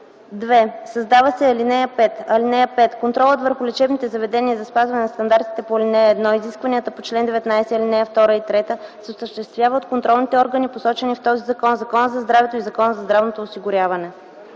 2. Създава се ал. 5: „(5) Контролът върху лечебните заведения за спазване на стандартите по ал. 1 и изискванията по чл. 19, ал. 2 и 3 се осъществява от контролните органи посочени в този закон, Закона за здравето и Закона за здравното осигуряване.”